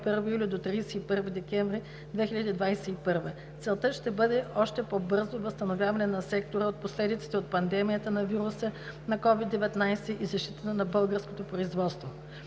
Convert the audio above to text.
г. до 31 декември 2021 г. Целта е още по-бързо възстановяване на сектора от последиците от пандемията на вируса на COVID-19 и защита на българското производство.